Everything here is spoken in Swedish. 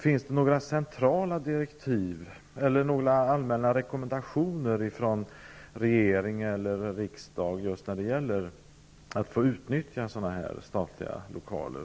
Finns det några centrala direktiv, eller några allmänna rekommendationer, från regering eller riksdag när det gäller just att få utnyttja statliga lokaler?